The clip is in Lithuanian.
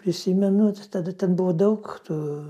prisimenu tada ten buvo daug tų